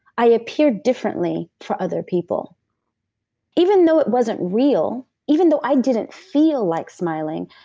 i appeared differently for other people even though it wasn't real, even though i didn't feel like smiling,